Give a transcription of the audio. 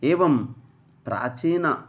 एवं प्राचीनानि